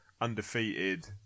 undefeated